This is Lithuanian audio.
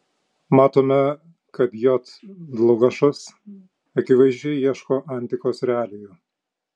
matome kad j dlugošas akivaizdžiai ieško antikos realijų